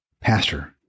pastor